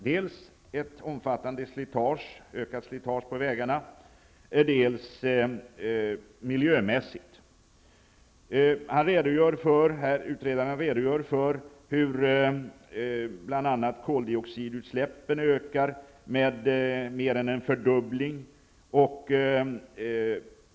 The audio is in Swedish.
Det skulle innebära dels ett ökat slitage på vägarna, dels miljöskador. Utredaren redogör för hur bl.a. koldioxidutsläppen ökar med mer än en fördubbling.